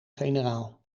generaal